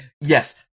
Yes